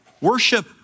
Worship